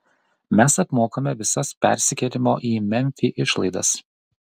mes apmokame visas persikėlimo į memfį išlaidas